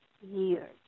years